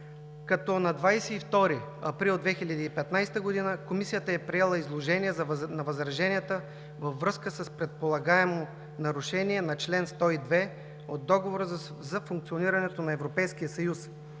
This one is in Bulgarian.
като на 22 април 2015 г. Комисията е приела изложение на възраженията във връзка с предполагаемо нарушение на чл. 102 от Договора за функционирането на Европейския съюз